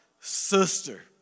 sister